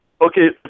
Okay